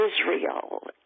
Israel